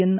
N